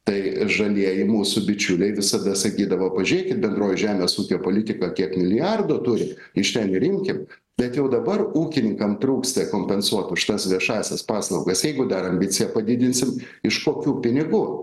tai žalieji mūsų bičiuliai visada sakydavo pažėkit bendroji žemės ūkio politika kiek milijardų turi iš ten ir imkit bet jau dabar ūkininkam trūksta kompensuot už tas viešąsias paslaugas jeigu dar ambiciją padidinsim iš kokių pinigų